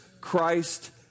christ